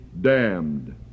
damned